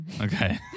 Okay